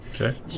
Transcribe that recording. Okay